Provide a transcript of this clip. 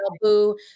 boo